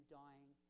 dying